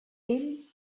ell